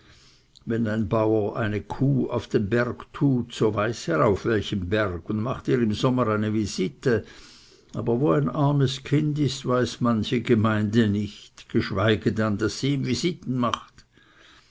wenn ein bauer seine kuh auf den berg tut so weiß er auf welchen berg und macht ihr im sommer eine visite aber wo ein armes kind ist weiß manche gemeinde nicht geschweige dann daß sie ihm visiten macht